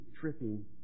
tripping